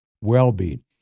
well-being